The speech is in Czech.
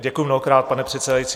Děkuji mnohokrát, pane předsedající.